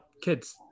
kids